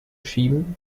schieben